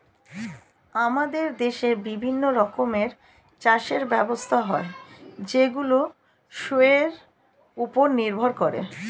আমাদের দেশে বিভিন্ন রকমের চাষের ব্যবস্থা হয় যেইগুলো শোয়ের উপর নির্ভর করে